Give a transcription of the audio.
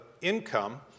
income